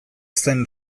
zen